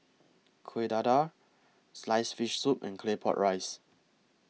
Kuih Dadar Sliced Fish Soup and Claypot Rice